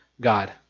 God